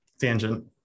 tangent